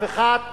להפיכת